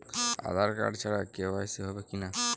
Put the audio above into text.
আধার card ছাড়া কে.ওয়াই.সি হবে কিনা?